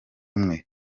umwe